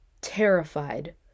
terrified